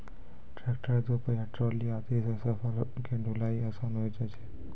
tractor, दो पहिया trolley आदि सॅ फसल के ढुलाई आसान होय जाय छै